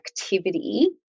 activity